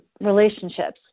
relationships